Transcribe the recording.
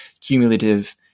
cumulative